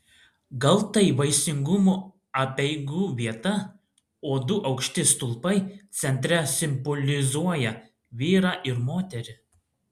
gal tai vaisingumo apeigų vieta o du aukšti stulpai centre simbolizuoja vyrą ir moterį